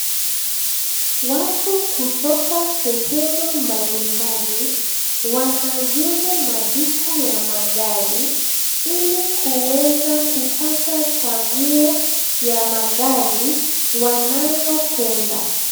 Watu kutoka sehemu mbalimbali wanazuru maduka ha magari ili kuweza kupata chaguo ya magari wanayopenda.